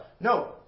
No